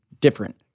different